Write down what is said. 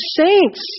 saints